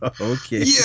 Okay